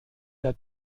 der